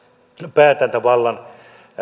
päätäntävallan